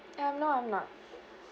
I'm not I'm not